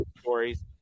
stories